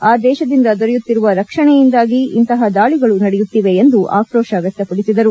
ಆ ದೇಶದಿಂದ ದೊರೆಯುತ್ತಿರುವ ರಕ್ಷಣೆಯಿಂದಾಗಿ ಇಂತಪ ದಾಳಿಗಳು ನಡೆಯುತ್ತಿವೆ ಎಂದು ಆಕ್ರೋಶ ವ್ಯಕ್ತಪಡಿಸಿದರು